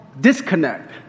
disconnect